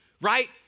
right